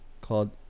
called